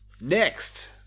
next